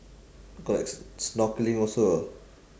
got like s~ snorkelling also ah